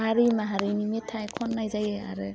हारि माहारिनि मेथाइ खन्नाय जायो आरो